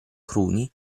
cruni